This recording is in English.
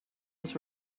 was